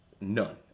none